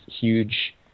huge